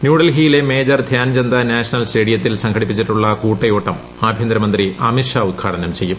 ന്യൂഡൽഹിയിലെ major Dhyan Chand national സ്റ്റേഡിയത്തിൽ സംഘടിപ്പിച്ചിട്ടുള്ള കൂട്ടയോട്ടം ആഭ്യന്തരമന്ത്രി അമിത്ഷാഉദ്ഘാടനം ചെയ്യും